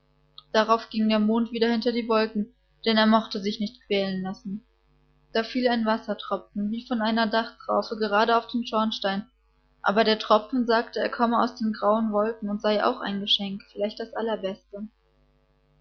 darauf ging der mond wieder hinter die wolken denn er mochte sich nicht quälen lassen da fiel ein wassertropfen wie von einer dachtraufe gerade auf den schornstein aber der tropfen sagte er komme aus den grauen wolken und sei auch ein geschenk vielleicht das allerbeste